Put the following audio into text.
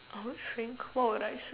I would shrink what would I shrink